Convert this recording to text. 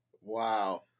Wow